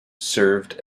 served